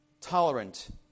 tolerant